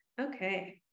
Okay